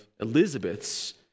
Elizabeth's